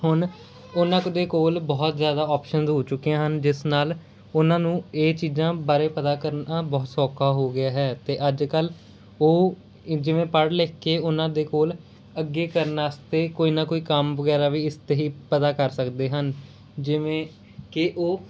ਹੁਣ ਉਹਨਾਂ ਕ ਦੇ ਕੋਲ ਬਹੁਤ ਜ਼ਿਆਦਾ ਆਪਸ਼ਨਸ ਹੋ ਚੁੱਕੀਆਂ ਹਨ ਜਿਸ ਨਾਲ ਉਹਨਾਂ ਨੂੰ ਇਹ ਚੀਜ਼ਾਂ ਬਾਰੇ ਪਤਾ ਕਰਨਾ ਬਹੁਤ ਸੌਖਾ ਹੋ ਗਿਆ ਹੈ ਅਤੇ ਅੱਜ ਕੱਲ੍ਹ ਉਹ ਜਿਵੇਂ ਪੜ੍ਹ ਲਿਖ ਕੇ ਉਹਨਾਂ ਦੇ ਕੋਲ ਅੱਗੇ ਕਰਨ ਵਾਸਤੇ ਕੋਈ ਨਾ ਕੋਈ ਕੰਮ ਵਗੈਰਾ ਵੀ ਇਸ 'ਤੇ ਹੀ ਪਤਾ ਕਰ ਸਕਦੇ ਹਨ ਜਿਵੇਂ ਕਿ ਉਹ